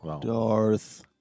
Darth